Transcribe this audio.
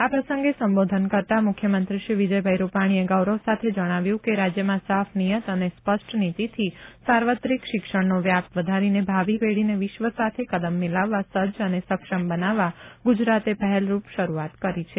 આ પ્રસંગે સંબોધન કરતાં મુખ્યમંત્રી શ્રી વિજયભાઈ રૂપાણીએ ગોરવ સાથે જણાવ્યું કે રાજ્યમાં સાફ નિયત અને સ્પષ્ટ નીતિથી સાર્વત્રિક શિક્ષણનો વ્યાપ વધારીને ભાવિ પેઢીને વિશ્વ સાથે કદમ મિલાવવા સજ્જ અને સક્ષમ બનાવવા ગુજરાતે પહેલરૂપ શરૂઆત કરી છે